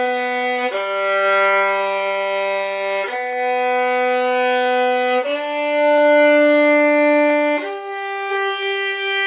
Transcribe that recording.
a